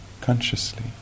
consciously